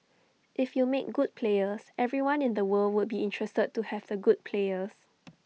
if you make good players everyone in the world will be interested to have the good players